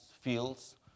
fields